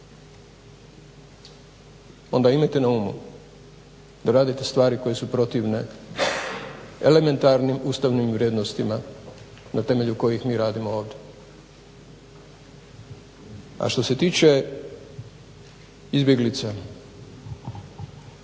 onda imajte na umu da radite stvari koje su protivne elementarnim ustavnim vrijednostima na temelju kojim mi radimo ovdje. A što se tiče izbjeglica?